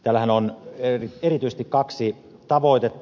tällähän on erityisesti kaksi tavoitetta